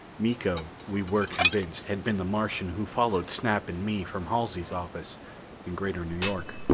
miko, we were convinced, had been the martian who followed snap and me from halsey's office in greater new york.